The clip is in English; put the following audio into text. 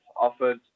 offered